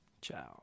Ciao